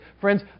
Friends